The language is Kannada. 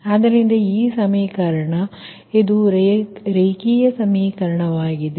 ಆದ್ದರಿಂದ ಈ ಸಮೀಕರಣ ಇದು ರೇಖೀಯಸಮೀಕರಣವಾಗಿದೆ